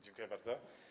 Dziękuję bardzo.